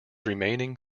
remaining